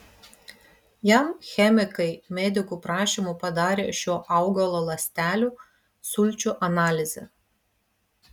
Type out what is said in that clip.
jam chemikai medikų prašymu padarė šio augalo ląstelių sulčių analizę